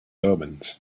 omens